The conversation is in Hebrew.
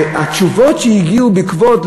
והתשובות שהגיעו בעקבות,